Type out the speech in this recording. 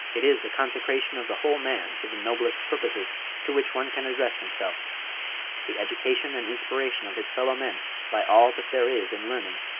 it is the consecration of the whole man to the noblest purposes to which one can address himself the education and inspiration of his fellow men by all that there is in learning,